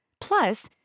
Plus